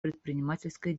предпринимательской